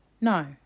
No